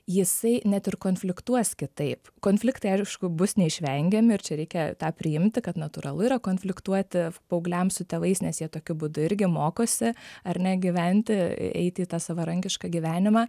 jisai net ir konfliktuos kitaip konfliktai aišku bus neišvengiami ir čia reikia tą priimti kad natūralu yra konfliktuoti paaugliam su tėvais nes jie tokiu būdu irgi mokosi ar ne gyventi eiti į tą savarankišką gyvenimą